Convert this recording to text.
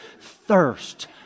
thirst